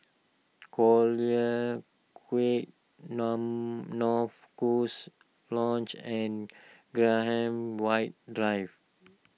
Collyer Quay long North goose Lodge and Graham White Drive